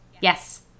yes